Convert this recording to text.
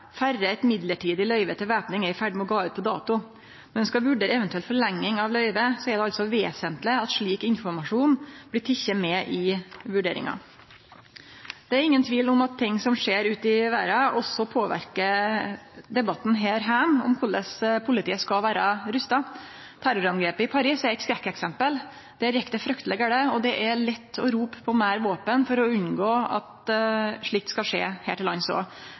eit mellombels løyve til væpning er i ferd med å gå ut på dato. Når ein skal vurdere eventuell forlenging av løyvet, er det vesentleg at slik informasjon blir teken med i vurderinga. Det er ingen tvil om at ting som skjer ute i verda, også påverkar debatten her heime om korleis politiet skal vere rusta. Terrorangrepet i Paris er eit skrekkeksempel. Der gjekk det frykteleg gale, og det er lett å rope på meir våpen for å unngå at slikt skal skje her til lands